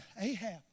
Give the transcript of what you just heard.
Ahab